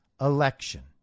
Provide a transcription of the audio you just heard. election